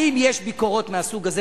האם יש ביקורות מהסוג הזה,